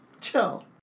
chill